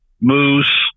moose